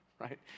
right